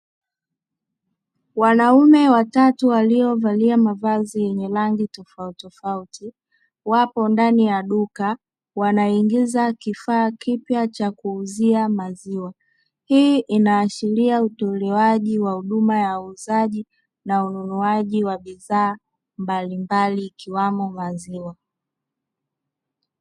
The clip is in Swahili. Wanaume watatu waliovalia mavazi yenye rangi tofautitofauti wapo ndani ya duka wanaingiza kifaa kipya cha kuuzia maziwa, hii inaashiria utolewaji wa huduma ya uuzaji na ununuaji wa bidhaa mbalimbali ikiwemo maziwa.